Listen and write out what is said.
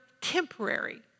temporary